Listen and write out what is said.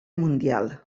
mundial